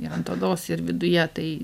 ir ant odos ir viduje tai